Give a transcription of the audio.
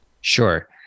Sure